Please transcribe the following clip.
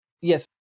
Yes